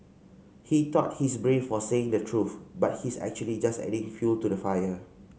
he thought he's brave for saying the truth but he's actually just adding fuel to the fire